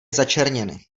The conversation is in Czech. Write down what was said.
začerněny